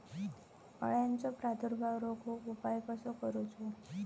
अळ्यांचो प्रादुर्भाव रोखुक उपाय कसो करूचो?